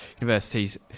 universities